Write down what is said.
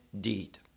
deed